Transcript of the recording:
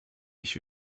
ich